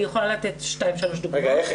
אני יכולה לתת 2-3 דוגמאות --- רגע,